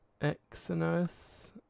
Exynos